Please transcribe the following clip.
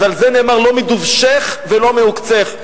אז על זה נאמר: לא מדובשך ולא מעוקצך.